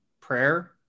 Prayer